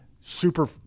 super